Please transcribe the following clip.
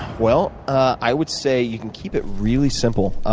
well, i would say you can keep it really simple.